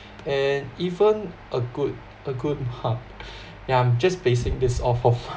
and even a good a good yeah I'm just basing this off of